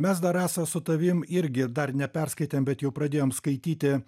mes dar esam su tavim irgi dar neperskaitėm bet jau pradėjom skaityti